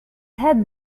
had